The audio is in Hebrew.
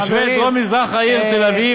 תושבי דרום-מזרח העיר תל-אביב,